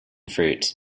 fruit